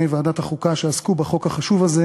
ועדת החוקה שעסקו בחוק החשוב הזה,